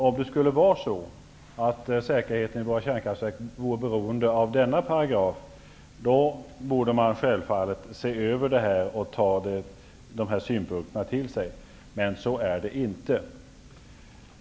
Om säkerheten i våra kärnkraftverk vore beroende av denna paragraf, då borde man självfallet se över det här och ta de här synpunkterna till sig. Men så är inte fallet.